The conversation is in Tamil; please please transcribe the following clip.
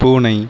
பூனை